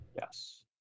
Yes